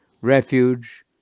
refuge